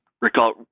recall